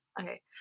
Okay